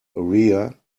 area